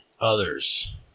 Others